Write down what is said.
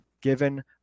given